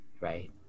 right